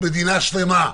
מדובר במדינה שלמה,